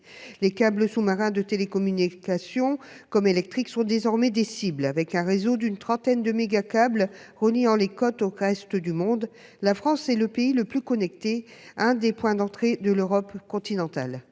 Les câbles sous-marins de télécommunication et les câbles électriques sont désormais des cibles. Avec un réseau d'une trentaine de mégacâbles reliant les côtes au reste du monde, la France est le plus pays le plus connecté, l'un des points d'entrée, de l'Europe continentale.